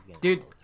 Dude